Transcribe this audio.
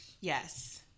Yes